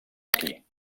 aquí